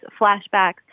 flashbacks